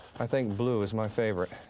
i think blue is my favorite.